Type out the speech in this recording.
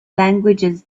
languages